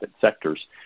sectors